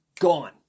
gone